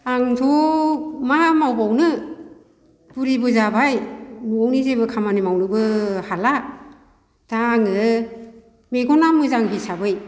आंथ' मा मावबावनो बुरिबो जाबाय न'नि जेबो खामानि मावनोबो हाला दा आङो मेगना मोजां हिसाबै